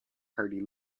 party